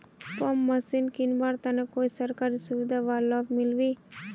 Pump machine किनवार तने कोई सरकारी सुविधा बा लव मिल्बी?